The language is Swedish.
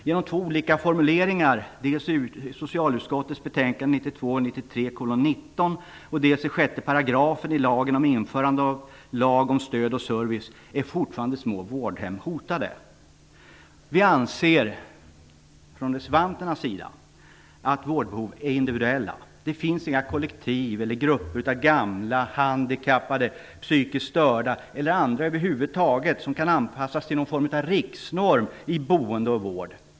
Genom två olika formuleringar, dels i socialutskottets betänkande 1992/93:19, dels i 6 § i lagen om införande av lag om stöd och service är små vårdhem fortfarande hotade. Vi reservanter anser att vårdbehov är individuella. Det finns inga kollektiv eller grupper av gamla, handikappade, psykiskt störda eller andra över huvud taget som kan anpassas till någon riksnorm för boende och vård.